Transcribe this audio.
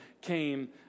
came